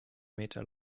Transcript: meter